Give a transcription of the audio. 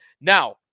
Now